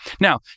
Now